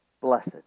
blessed